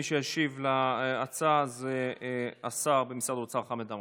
מי שישיב על ההצעה זה השר במשרד האוצר חמד עמאר,